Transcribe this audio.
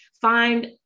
find